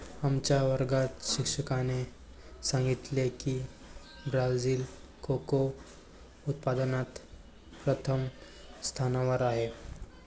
आमच्या वर्गात शिक्षकाने सांगितले की ब्राझील कोको उत्पादनात प्रथम स्थानावर आहे